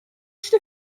پشت